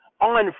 on